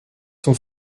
sont